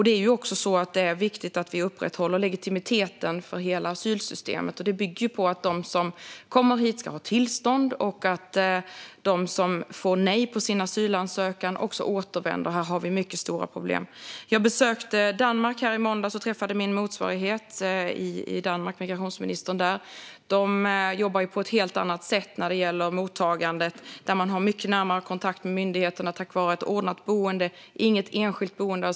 Det är viktigt att upprätthålla legitimiteten i hela asylsystemet, och den bygger ju på att de som kommer hit ska ha tillstånd och att de som får nej på sin asylansökan också återvänder. Här är problemen mycket stora. Jag besökte Danmark i måndags och träffade min motsvarighet, migrationsministern. De jobbar på ett helt annat sätt när det gäller mottagandet. De asylsökande har mycket närmare kontakt med myndigheterna, tack vare ett ordnat boende - alltså inget enskilt boende, EBO.